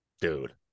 dude